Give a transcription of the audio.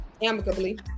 Amicably